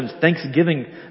thanksgiving